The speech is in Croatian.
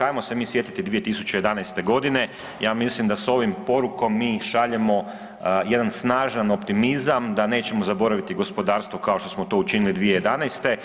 Ajmo se mi sjetiti 2011. g., ja mislim da s ovim porukom mi šaljemo jedan snažan optimizam da nećemo zaboraviti gospodarstvo kao što smo to učinili 2011.